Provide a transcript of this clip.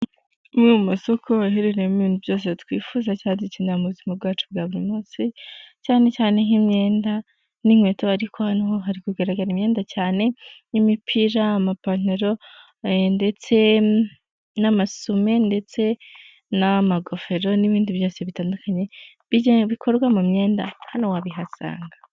Amwe mu masoko aherereyemo ibintu byose twifuza cyane dukeneye mu buzima bwacu bwa buri munsi, cyane cyane nk'imyenda n'inkweto, ariko hano ho hari kugaragara imyenda cyane n'imipira ,amapantaro ndetse n'amasume ndetse n'amagofero n'ibindi byose bitandukanye bikorwa mu myenda hano wabihasanga.